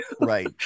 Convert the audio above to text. Right